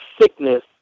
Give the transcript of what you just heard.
sickness